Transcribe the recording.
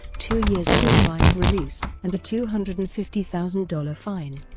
two years' supervised release, and a two hundred and fifty thousand dollars fine.